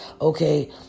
okay